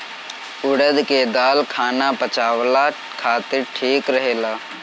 उड़द के दाल खाना पचावला खातिर ठीक रहेला